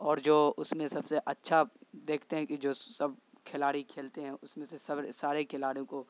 اور جو اس میں سب سے اچھا دیکھتے ہیں کہ جو سب کھلاڑی کھیلتے ہیں اس میں سے سارے کھلاڑیوں کو